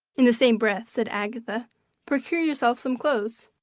in the same breath said agatha procure yourself some clothes!